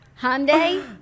Hyundai